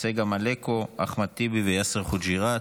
צגה מלקו, אחמד טיבי ויאסר חוג'יראת.